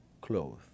clothes